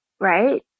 right